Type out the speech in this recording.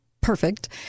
perfect